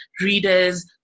readers